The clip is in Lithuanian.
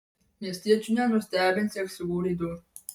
miestiečių nenustebinsi ankstyvu reidu